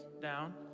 down